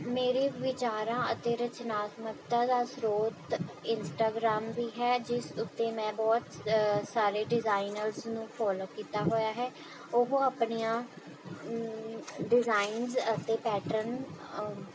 ਮੇਰੇ ਵਿਚਾਰਾਂ ਅਤੇ ਰਚਨਾਤਮਕਤਾ ਦਾ ਸ੍ਰੋਤ ਇੰਸਟਾਗ੍ਰਾਮ ਵੀ ਹੈ ਜਿਸ ਉੱਤੇ ਮੈਂ ਬਹੁਤ ਸਾਰੇ ਡਿਜ਼ਾਈਨਰਜ਼ ਨੂੰ ਫੋਲੋ ਕੀਤਾ ਹੋਇਆ ਹੈ ਉਹ ਆਪਣੀਆਂ ਡਿਜ਼ਾਈਨਜ਼ ਅਤੇ ਪੈਟਰਨ